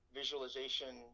visualization